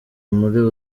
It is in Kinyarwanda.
muri